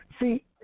See